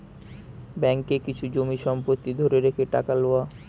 ব্যাঙ্ককে কিছু জমি সম্পত্তি ধরে রেখে টাকা লওয়া